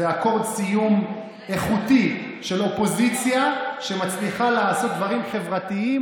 זה אקורד סיום איכותי של אופוזיציה שמצליחה לעשות דברים חברתיים,